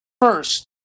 first